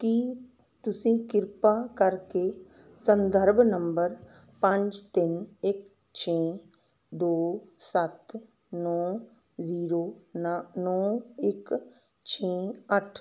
ਕੀ ਤੁਸੀਂ ਕਿਰਪਾ ਕਰਕੇ ਸੰਦਰਭ ਨੰਬਰ ਪੰਜ ਤਿੰਨ ਇੱਕ ਛੇ ਦੋ ਸੱਤ ਨੌਂ ਜੀਰੋ ਨ ਨੌਂ ਇੱਕ ਛੇ ਅੱਠ